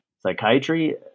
psychiatry